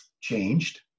changed